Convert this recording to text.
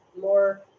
more